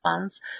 funds